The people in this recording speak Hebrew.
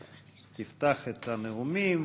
תפתח את הנאומים.